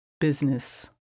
business